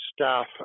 staff